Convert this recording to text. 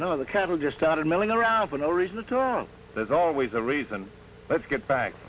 no the cattle just started milling around for no reason to talk there's always a reason let's get back